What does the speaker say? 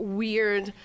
weird